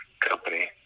company